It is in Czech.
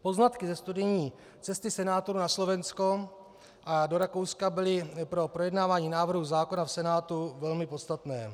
Poznatky ze studijní cesty senátorů na Slovensko a do Rakouska byly pro projednávání návrhu zákona v Senátu velmi podstatné.